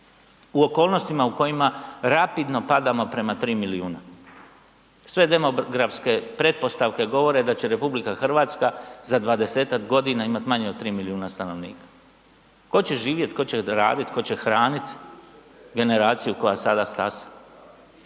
u okolnostima u kojima rapidno padamo prema 3 milijuna. Sve demografske pretpostavke govore da će RH za dvadesetak godina imat manje od 3 milijuna stanovnika. Tko će živjet, tko će radit, tko će hranit generaciju koja sada stasa?